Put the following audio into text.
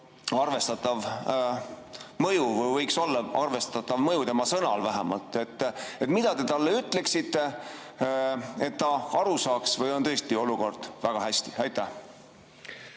arvestatav mõju või võiks olla arvestatav mõju tema sõnal vähemalt. Mida te talle ütleksite, et ta aru saaks, või on tõesti olukord väga hea? Suur